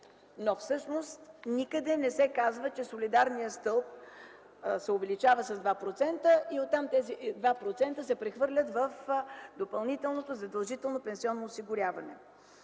Но всъщност никъде не се казва, че солидарният стълб се увеличава с 2% и оттам тези 2% се прехвърлят в допълнителното задължително пенсионно осигуряване.